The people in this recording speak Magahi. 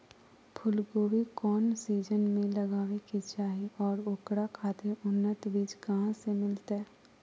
फूलगोभी कौन सीजन में लगावे के चाही और ओकरा खातिर उन्नत बिज कहा से मिलते?